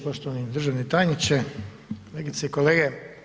Poštovani državni tajniče, kolegice i kolege.